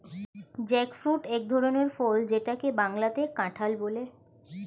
jackfruit এক ধরনের ফল যেটাকে বাংলাতে কাঁঠাল বলে